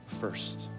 first